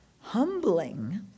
humbling